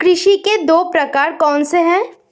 कृषि के दो प्रकार कौन से हैं?